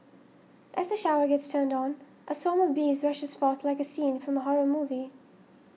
as the shower gets turned on a swarm of bees rushes forth like a scene from a horror movie